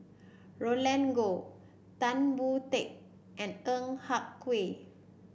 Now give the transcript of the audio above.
Roland Goh Tan Boon Teik and Ng Yak Whee